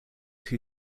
who